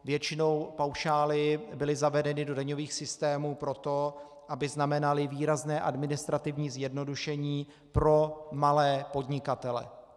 Většinou paušály byly zavedeny do daňových systémů proto, aby znamenaly výrazné administrativní zjednodušení pro malé podnikatele.